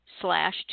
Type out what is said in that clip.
slash